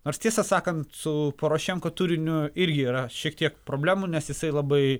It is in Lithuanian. nors tiesą sakant su porošenko turiniu irgi yra šiek tiek problemų nes jisai labai